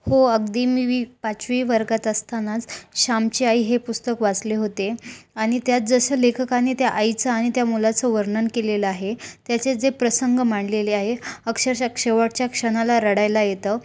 हो अगदी मी व पाचवी वर्गात असतानाच श्यामची आई हे पुस्तक वाचले होते आणि त्यात जसं लेखकाने त्या आईचं आणि त्या मुलाचं वर्णन केलेलं आहे त्याचे जे प्रसंग मांडलेले आहे अक्षरशः केवाटच्या क्षणाला रडायला येतं